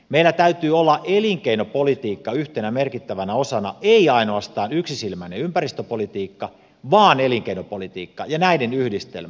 meillä täytyy olla elinkeinopolitiikka yhtenä merkittävänä osana ei ainoastaan yksisilmäinen ympäristöpolitiikka vaan elinkeinopolitiikka ja näiden yhdistelmä